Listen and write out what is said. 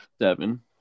seven